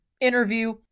interview